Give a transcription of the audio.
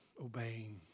obeying